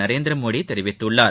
நரேந்திர மோடி தெரிவித்துள்ளார்